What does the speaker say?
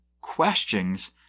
questions